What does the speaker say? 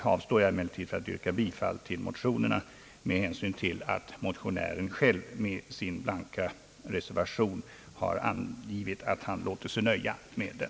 Jag avstår emellertid från att yrka bifall till motionerna med hänsyn till att motionären själv med sin blanka reservation har angivit att han låter sig nöja med den.